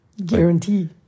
Guarantee